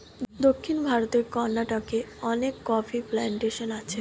দক্ষিণ ভারতের কর্ণাটকে অনেক কফি প্ল্যান্টেশন আছে